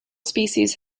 species